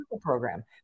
program